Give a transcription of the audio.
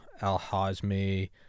Al-Hazmi